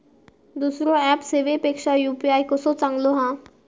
दुसरो ऍप सेवेपेक्षा यू.पी.आय कसो चांगलो हा?